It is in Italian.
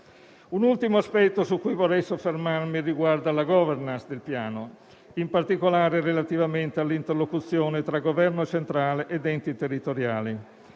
Un ultimo aspetto su cui vorrei soffermarmi riguarda la *governance* del Piano, in particolare relativamente all'interlocuzione tra Governo centrale ed enti territoriali.